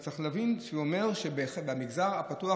אתה צריך להבין שזה אומר שבמגזר הפתוח,